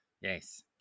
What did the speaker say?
Yes